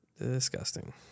Disgusting